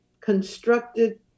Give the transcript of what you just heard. constructed